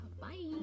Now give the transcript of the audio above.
bye